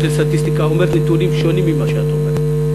לסטטיסטיקה אומרת נתונים שונים ממה שאת אומרת.